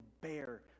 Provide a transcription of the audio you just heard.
bear